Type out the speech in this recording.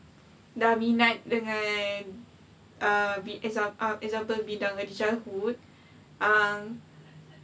dah minat dengan err example bidang early childhood um